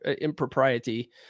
impropriety